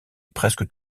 presque